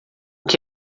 que